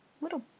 little